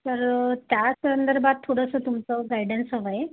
तर त्या संदर्भात थोडंसं तुमचं गायडन्स हवा आहे